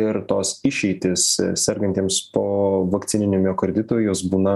ir tos išeitys sergantiems povakcininiu miokarditu jos būna